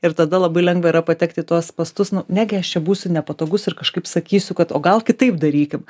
ir tada labai lengva yra patekt į tuos spąstus nu negi aš čia būsiu nepatogus ir kažkaip sakysiu kad o gal kitaip darykim